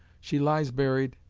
she lies buried,